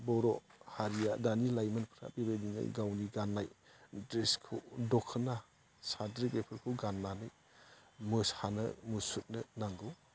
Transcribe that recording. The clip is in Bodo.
बर' हारिया दानि लाइमोन बेबायदिनो गावनि गाननाय ड्रेसखौ दख'ना साद्रि बेफोरखौ गाननानै मोसानो मुसुरनो नांगौ